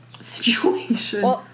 situation